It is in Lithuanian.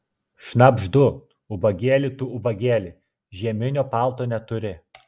šnabždu ubagėli tu ubagėli žieminio palto neturi